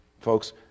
folks